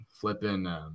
flipping